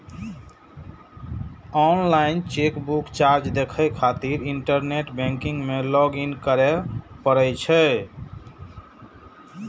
online chequebook charge देखै खातिर internet banking मे लॉग इन करै पड़ै छै